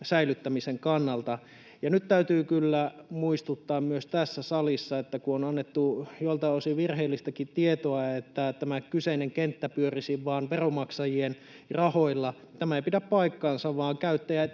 kansallinen kysymys. Nyt täytyy kyllä muistuttaa myös tässä salissa, kun on annettu joltain osin virheellistäkin tietoa, että tämä kyseinen kenttä pyörisi vaan veronmaksajien rahoilla: tämä ei pidä paikkaansa, vaan käyttäjät